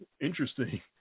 interesting